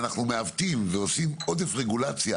אנחנו מעוותים ועושים עודף רגולציה